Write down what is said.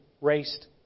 raced